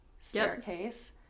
staircase